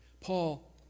Paul